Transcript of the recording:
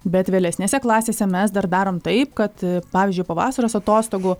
bet vėlesnėse klasėse mes dar darom tai kad pavyzdžiui po vasaros atostogų